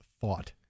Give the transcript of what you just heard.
thought